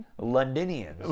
Londonians